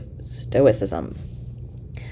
Stoicism